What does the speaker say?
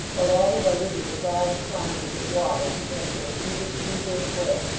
the latter diluted with large quantities of water, he drank in a heated, feverish way,